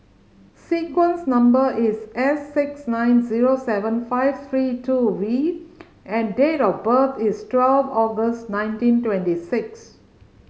sequence number is S six nine zero seven five three two V and date of birth is twelve August nineteen twenty six